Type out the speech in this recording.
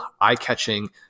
eye-catching